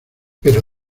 pero